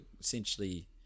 essentially